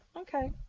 Okay